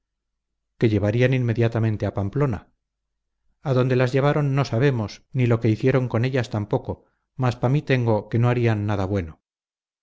que llevarían inmediatamente a pamplona a dónde las llevaron no sabemos ni lo que hicieron con ellas tampoco mas pa mí tengo que no harían nada bueno